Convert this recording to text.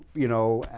you know,